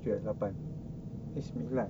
tujuh eh lapan eh sembilan